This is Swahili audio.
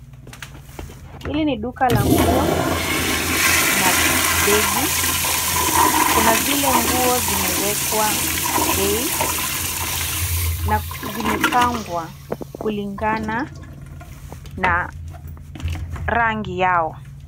Hili ni duka la nguo na begi. Kuna zile nguo zimewekwa bei na zimepangwa kulingana na rangi yao.